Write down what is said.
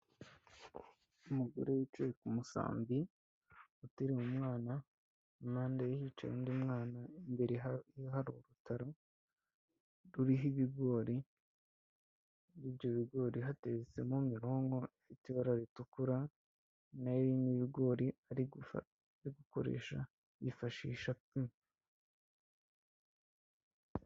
Umugore wicaye ku musambi uteriwe umwana impande ye hicaye undi mwana imbere hari urutaro ruriho ibigori by'ibyo bigori muri ibyo hateretsemo imironko ifite ibara ritukura nayo irimo ibigori arikoresha yifashisha apima.